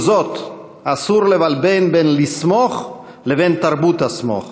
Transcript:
עם זאת, אסור לבלבל בין לסמוך לבין תרבות ה"סמוך",